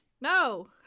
No